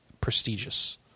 prestigious